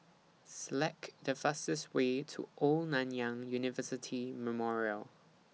Select The fastest Way to Old Nanyang University Memorial